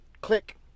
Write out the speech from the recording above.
Click